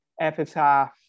epitaph